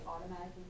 automatically